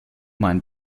mine